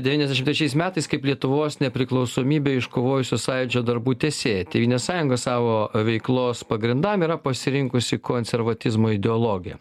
devyniasdešim trečiais metais kaip lietuvos nepriklausomybę iškovojusio sąjūdžio darbų tęsėja tėvynės sąjunga savo veiklos pagrindam yra pasirinkusi konservatizmo ideologiją